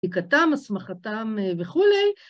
שתיקתם, הסמכתם וכולי.